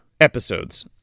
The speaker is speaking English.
episodes